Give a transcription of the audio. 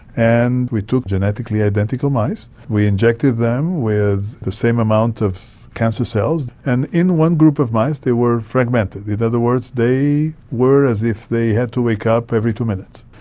and we took genetically identical mice, we injected them with the same amount of cancer cells. and in one group of mice they were fragmented, in other words they were as if they had to wake up every two minutes.